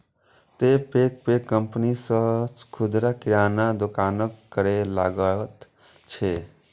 तें पैघ पैघ कंपनी सभ खुदरा किराना दोकानक करै लागल छै